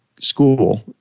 school